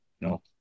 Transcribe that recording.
no